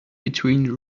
between